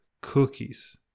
cookies